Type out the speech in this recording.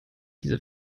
die